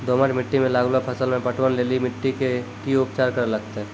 दोमट मिट्टी मे लागलो फसल मे पटवन लेली मिट्टी के की उपचार करे लगते?